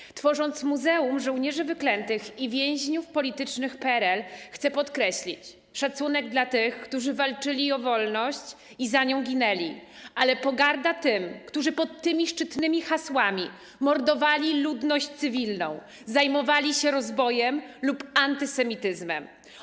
Przy tworzeniu Muzeum Żołnierzy Wyklętych i Więźniów Politycznych PRL chcę podkreślić: szacunek dla tych, którzy walczyli o wolność i za nią ginęli, ale pogarda dla tych, którzy pod tymi szczytnymi hasłami mordowali ludność cywilną, zajmowali się rozbojem lub antysemityzmem.